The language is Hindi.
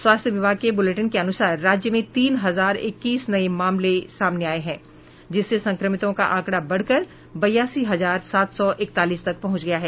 स्वास्थ्य विभाग के बुलेटिन के अनुसार राज्य में तीन हजार इक्कीस नये मामले सामने आये हैं जिससे संक्रमितों का आंकडा बढकर बयासी हजार सात सौ इकतालीस तक पहुंच गया है